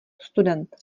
student